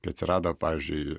kai atsirado pavyzdžiui